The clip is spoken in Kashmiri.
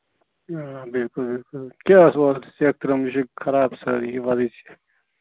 آ بِلکُل بِلکُل کیٛاہ ٲسوٕ سٮ۪کھ ترٛٲومٕژ یہِ خراب سٲرٕے یہِ وۄزٕج